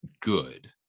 good